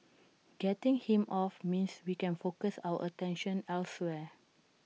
getting him off means we can focus our attention elsewhere